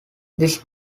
this